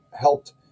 helped